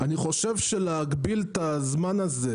אני חושב שלהגביל את הזמן הזה